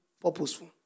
purposeful